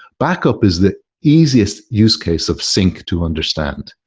backup is the easiest use case of sync to understand.